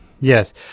Yes